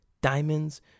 diamonds